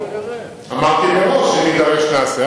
אמרתי מראש שאם נידרש, נעשה.